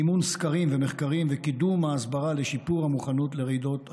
מימון סקרים ומחקרים וקידום ההסברה לשיפור המוכנות לרעידות אדמה.